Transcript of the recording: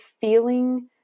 feeling